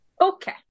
Okay